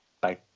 Bye